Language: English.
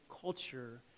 culture